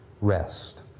rest